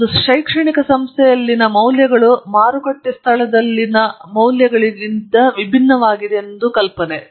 ಒಂದು ಶೈಕ್ಷಣಿಕ ಸಂಸ್ಥೆಯಲ್ಲಿನ ಮೌಲ್ಯಗಳು ಮಾರುಕಟ್ಟೆ ಸ್ಥಳದಲ್ಲಿನ ಮೌಲ್ಯಗಳಿಂದ ವಿಭಿನ್ನವಾಗಿದೆ ಎಂದು ಕಲ್ಪನೆ